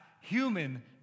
human